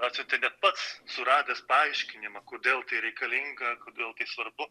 atsiuntė net pats suradęs paaiškinimą kodėl tai reikalinga kodėl svarbu